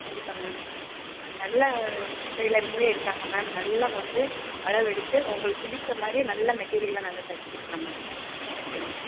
கண்டிப்பாக மேம் நல்ல டைலருமே இருக்காங்க மேம் நல்ல வந்து அளவு எடுத்து உங்களுக்கு பிடிச்ச மாதிரி நல்ல மெட்டீரியலாக நாங்கள் தச்சு கொடுக்குறோம் மேம் தேங்க் யூ மேம்